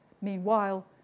Meanwhile